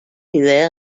idea